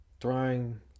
trying